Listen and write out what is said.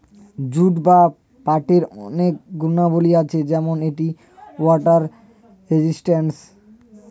jute বা পাটের অনেক গুণাবলী আছে যেমন এটি ওয়াটার রেজিস্ট্যান্স